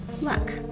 luck